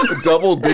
double